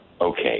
okay